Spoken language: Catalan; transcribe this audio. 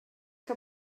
que